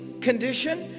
condition